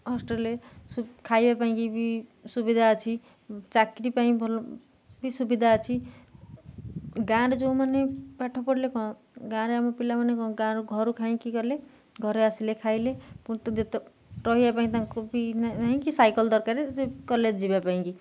ହଷ୍ଟେଲ୍ରେ ଖାଇବା ପାଇଁକି ବି ସୁବିଧା ଅଛି ଚାକିରି ପାଇଁ ଭଲ ବି ସୁବିଧା ଅଛି ଗାଁରେ ଯେଉଁମାନେ ପାଠ ପଢ଼ିଲେ କଁ ଗାଁରେ ଆମ ପିଲାମାନେ କଁ ଗାଁରୁ ଘରୁ ଖାଇଁକି ଗଲେ ଘରେ ଆସିଲେ ଖାଇଲେ ରହିବା ପାଇଁ ତାଙ୍କୁ ବି ନାହିଁକି ସାଇକେଲ ଦରକାରେ ସେ କଲେଜ୍ ଯିବା ପାଇଁକି